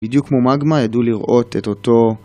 בדיוק כמו מגמה ידעו לראות את אותו